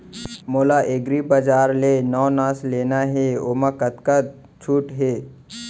मोला एग्रीबजार ले नवनास लेना हे ओमा कतका छूट हे?